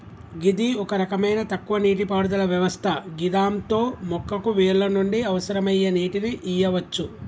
గిది ఒక రకమైన తక్కువ నీటిపారుదల వ్యవస్థ గిదాంతో మొక్కకు వేర్ల నుండి అవసరమయ్యే నీటిని ఇయ్యవచ్చు